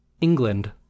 England